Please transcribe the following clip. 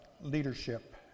leadership